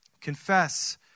Confess